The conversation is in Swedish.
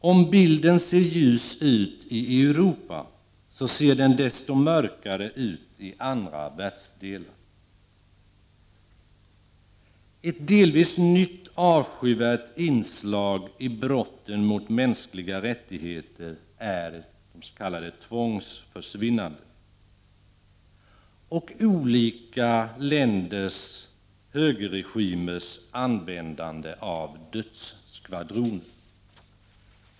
Om bilden ser ljus ut i Europa, så ser den desto mörkare ut i andra världsdelar. Ett delvis nytt, avskyvärt inslag i brotten mot mänskliga rättigheter är tvångsförsvinnanden och olika länders högerregimers användande av dödsskvadroner.